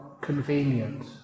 convenient